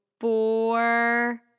four